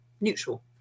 neutral